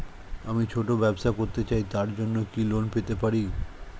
আমি ছোট ব্যবসা করতে চাই তার জন্য কি লোন পেতে পারি?